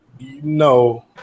no